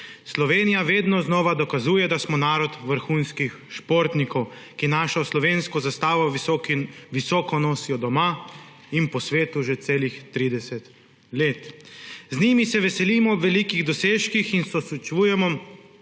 Slovenija vedno znova dokazuje, da smo narod vrhunskih športnikov, ki našo slovensko zastavo visoko nosijo doma in po svetu že celih 30 let. Z njimi se veselimo velikih dosežkov in sočustvujemo,